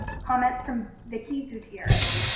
comment from vickie gutierrez.